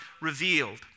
revealed